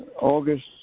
August